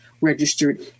registered